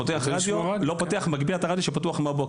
הוא מגביר את הרדיו שפתוח מהבוקר.